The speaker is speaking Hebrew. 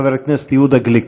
חבר הכנסת יהודה גליק.